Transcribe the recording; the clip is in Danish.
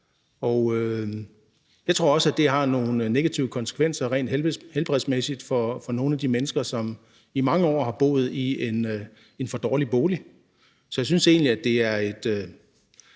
jeg tror også, at det har nogle negative konsekvenser rent helbredsmæssigt for nogle af de mennesker, som i mange år har boet i en for dårlig bolig. Så jeg synes egentlig, at det eksempel,